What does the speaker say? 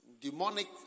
demonic